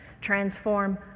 transform